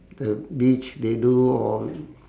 the beach they do all